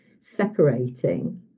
separating